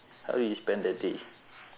how you spend the day